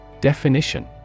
Definition